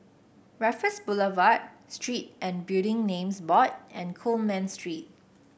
Raffles Boulevard Street and Building Names Board and Coleman Street